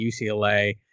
UCLA